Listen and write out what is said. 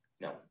No